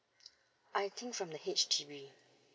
I think from the H_D_B